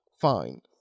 fine